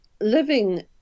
living